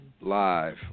live